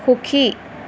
সুখী